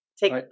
Take